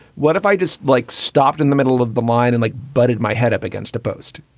what if i just like stopped in the middle of the mine and like, butted my head up against the post?